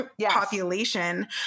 population